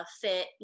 fit